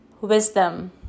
wisdom